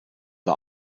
war